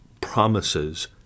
promises